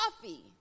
coffee